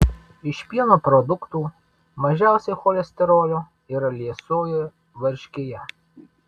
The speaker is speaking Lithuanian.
iš pieno produktų mažiausiai cholesterolio yra liesoje varškėje